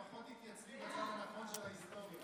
לפחות תתייצבי בצד הנכון של ההיסטוריה.